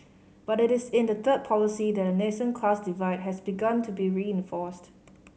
but it is in the third policy that a nascent class divide has begun to be reinforced